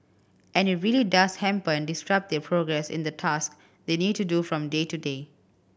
and it really does hamper and disrupt their progress in the task they need to do from day to day